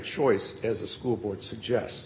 choice as the school board suggest